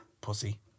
Pussy